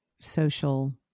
social